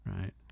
right